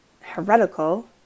heretical